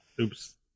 Oops